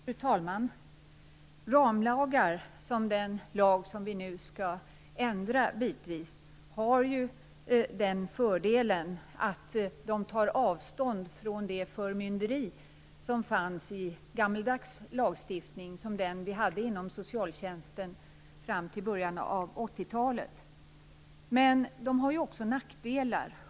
Fru talman! Ramlagar, som den lag vi nu bitvis skall ändra, har ju den fördelen att de tar avstånd från det förmynderi som fanns i gammaldags lagstiftning, som den vi hade inom socialtjänsten fram till början av 80-talet. Men de har också nackdelar.